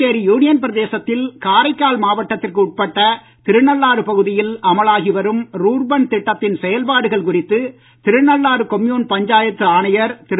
Puducherry union பிரதேசத்தில் காரைக்கால் மாவட்டத்திற்கு உட்பட்ட திருநள்ளாறு பகுதியில் அமலாகி வரும் ரூர்பன் திட்டத்தின் செயல்பாடுகள் குறித்து திருநள்ளாறு கொம்யூன் பஞ்சாயத்து ஆணையர் திரு